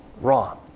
wrong